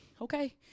okay